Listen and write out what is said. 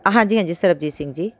ਹਾਂਜੀ ਹੰਜੀ ਸਰਬਜੀਤ ਸਿੰਘ ਜੀ